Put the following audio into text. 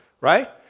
right